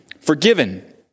forgiven